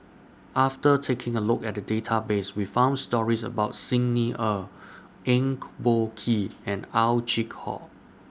after taking A Look At The Database We found stories about Xi Ni Er Eng Boh Kee and Ow Chin Hock